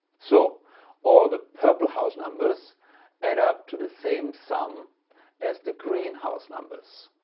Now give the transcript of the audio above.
so all the purple house numbers add up to the same sum as the green house numbers.